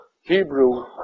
Hebrew